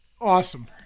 Awesome